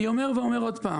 אני חוזר ואומר,